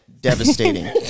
Devastating